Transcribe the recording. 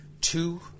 Two